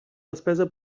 despesa